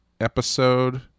episode